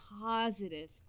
positive